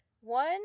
one